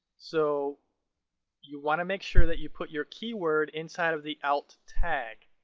so you want to make sure that you put your keyword inside of the alt tag.